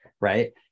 right